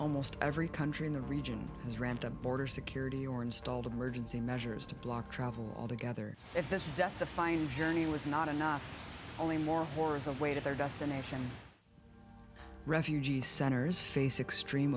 almost every country in the region has ramped up border security or installed emergency measures to block travel altogether if this death defined journey was not enough only more for as a way to their destination refugee centers face extreme